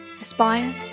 aspired